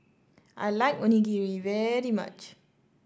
I like Onigiri very much